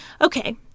Okay